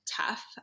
tough